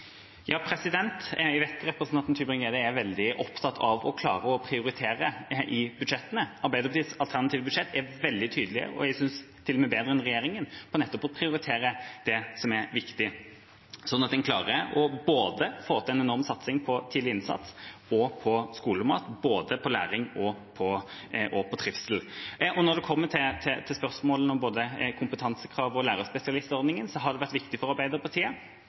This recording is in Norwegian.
Jeg vet at representanten Tybring-Gjedde er veldig opptatt av å klare å prioritere i budsjettene. Arbeiderpartiets alternative budsjett er veldig tydelig – til og med bedre enn regjeringas – på nettopp å prioritere det som er viktig, slik at en klarer å få til en enorm satsing både på tidlig innsats og skolemat, på læring og trivsel. Når det kommer til spørsmålene om kompetansekrav og lærerspesialistordningen, har det vært viktig for Arbeiderpartiet